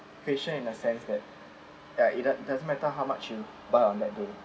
patient in a sense that that it doesn't matter how much you bought on that day